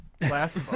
last